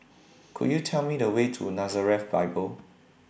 Could YOU Tell Me The Way to Nazareth Bible